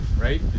right